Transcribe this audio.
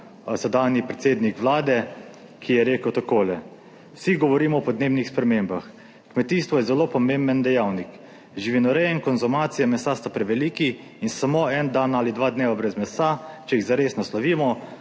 sedanji predsednik Vlade, ki je rekel takole: »Vsi govorimo o podnebnih spremembah. Kmetijstvo je zelo pomemben dejavnik. Živinoreja in konzumacije mesa sta preveliki in samo en dan ali dva dneva brez mesa, če jih zares naslovimo,